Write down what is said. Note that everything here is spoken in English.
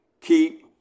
keep